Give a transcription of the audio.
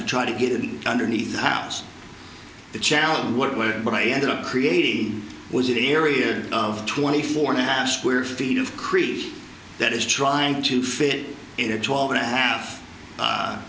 to try to get in underneath the house the challenge where but i ended up creating was an area of twenty four and a half square feet of creek that is trying to fit in a twelve and a half